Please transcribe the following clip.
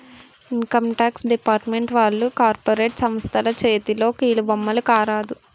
income tax department వాళ్లు corporate సంస్థల చేతిలో కీలుబొమ్మల కారాదు